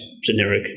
generic